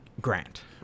Grant